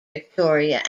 victoria